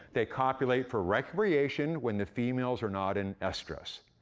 they copulate for recreation when the female's are not in estrus,